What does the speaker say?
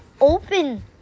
open